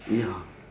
ya